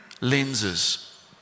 lenses